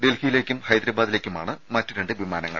ഡൽഹിയിലേക്കും ഹൈദരാബാദിലേക്കുമാണ് മറ്റു രണ്ടു വിമാനങ്ങൾ